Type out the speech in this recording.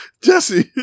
Jesse